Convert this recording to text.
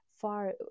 far